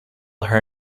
her